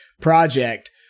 project